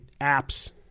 apps